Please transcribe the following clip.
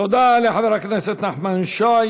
תודה לחבר הכנסת נחמן שי.